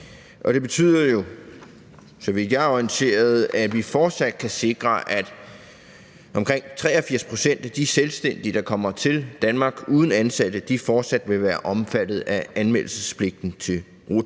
Det betyder jo, så vidt jeg er orienteret, at vi fortsat kan sikre, at omkring 83 pct. af de selvstændige, der kommer til Danmark, uden ansatte fortsat vil være omfattet af anmeldelsespligten til RUT.